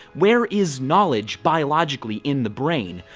where is knowledge biologically in the brain?